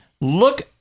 look